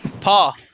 Paul